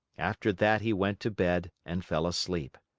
after that he went to bed and fell asleep.